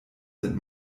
sind